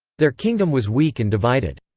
their kingdom was weak and divided.